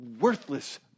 worthless